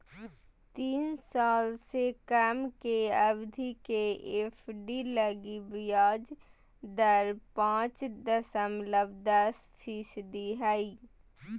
तीन साल से कम के अवधि के एफ.डी लगी ब्याज दर पांच दशमलब दस फीसदी हइ